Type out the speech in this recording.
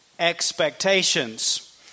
expectations